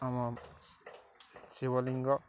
ଆମ ଶିବଲିିଙ୍ଗ